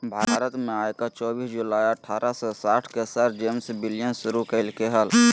भारत में आयकर चोबीस जुलाई अठारह सौ साठ के सर जेम्स विल्सन शुरू कइल्के हल